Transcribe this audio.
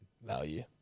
Value